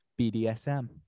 bdsm